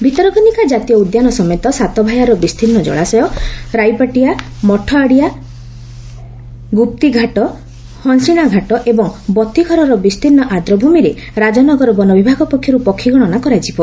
ଭିତରକନିକା ଜାତୀୟ ଉଦ୍ୟାନ ସମେତ ସାତଭାୟାର ବିସ୍ତୀର୍ଷ୍ଣ ଜଳାଶୟ ରାଇପାଟିଆ ମଠଆଡ଼ିଆ ଗୁପ୍ତିଘାଟ ହଂସିଣା ଘାଟ ଏବଂ ବତୀଘରର ବିସ୍ତୀର୍ଷ୍ ଆଦ୍ରଭ୍ରମିରେ ରାଜନଗର ବନବିଭାଗ ପକ୍ଷରୁ ପକ୍ଷୀଗଣନା କରାଯିବ